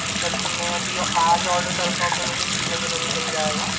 जी sir तो मैं अभी आज आर्डर करता हूँ तो मुझे कितने दिनों में मिल जाएगा